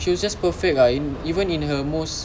she was just perfect ah in even in her most